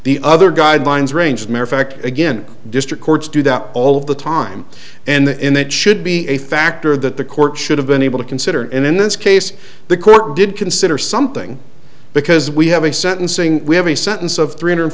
the other guidelines range mere fact again district courts do that all of the time and in that should be a factor that the court should have been able to consider in this case the court did consider something because we have a sentencing we have a sentence of three hundred